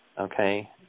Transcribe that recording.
Okay